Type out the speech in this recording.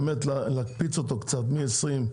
באמת להקפיץ אותו קצת מ-20,